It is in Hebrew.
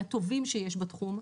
מהטובים שיש בתחום,